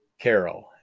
Carol